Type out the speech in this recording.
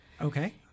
Okay